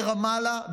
ברמאללה,